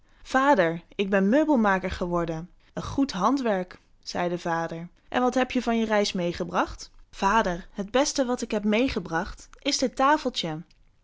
vader ik ben meubelmaker geworden een goed handwerk zei de vader en wat heb je van je reis meêgebracht vader het beste wat ik heb meêgebracht is dit tafeltje